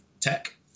tech